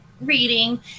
reading